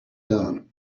done